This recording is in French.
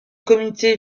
communautés